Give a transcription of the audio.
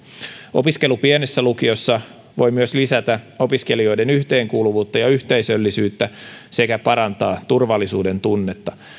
opiskelu pienessä lukiossa voi myös lisätä opiskelijoiden yhteenkuuluvuutta ja yhteisöllisyyttä sekä parantaa turvallisuuden tunnetta